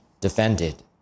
defended